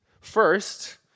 First